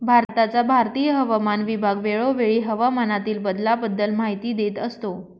भारताचा भारतीय हवामान विभाग वेळोवेळी हवामानातील बदलाबद्दल माहिती देत असतो